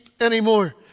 anymore